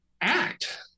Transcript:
act